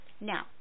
Now